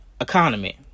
economy